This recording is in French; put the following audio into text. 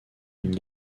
une